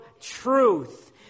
truth